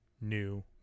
new